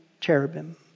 cherubim